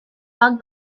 bug